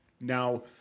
Now